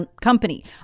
company